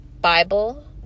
Bible